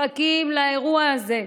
מחכים לאירוע הזה,